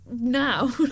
now